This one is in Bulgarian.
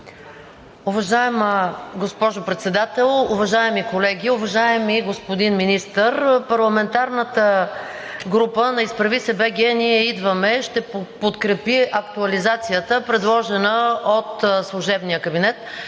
Уважаема госпожо Председател, уважаеми колеги, уважаеми господин Министър! Парламентарната група на „Изправи се, БГ! Ние идваме!“ ще подкрепи актуализацията, предложена от служебния кабинет,